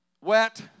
wet